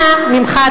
אנא ממך,